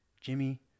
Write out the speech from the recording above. Jimmy